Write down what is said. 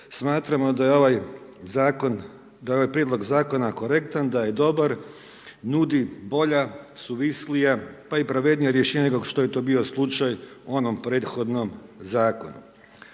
Zakon, da je ovaj Prijedlog Zakona korektan, da je dobar, nudi bolja, suvislija, pa i pravednija rješenja nego što je to bio slučaj u onom prethodnom Zakonu.